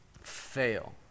fail